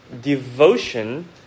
devotion